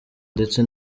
ndetse